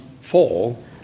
Fall